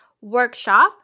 workshop